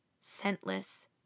scentless